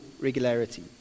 regularity